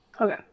okay